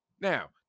Now